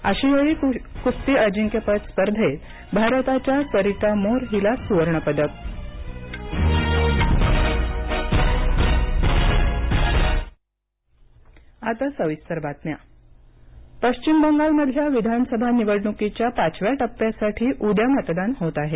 आशियाई कुस्ती अजिंक्यपद स्पर्धेत भारताच्या सरिता मोर हिला सुवर्णपदक बंगाल निवडणक पश्चिम बंगालमधल्या विधानसभा निवडणुकीच्या पाचव्या टप्प्यासाठी उद्या मतदान होत आहे